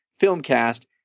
filmcast